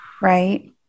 Right